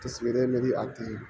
تصویریں میںری آتی ہیں